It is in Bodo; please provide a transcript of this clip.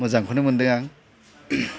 मोजांखौनो मोनदों आं